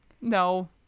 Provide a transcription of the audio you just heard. no